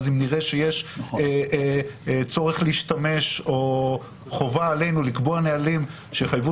אז אולי נראה שיש צורך להשתמש או חובה עלינו לקבוע נהלים שיחייבו